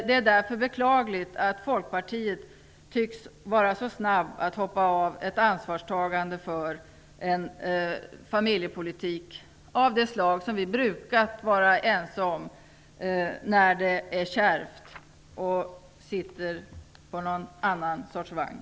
Det är därför beklagligt att Folkpartiet tycks vara så snabbt att hoppa av ett ansvarstagande för en familjepolitik av det slag som vi brukat vara ense om och nu när det är kärvt sitter på en annan sorts vagn.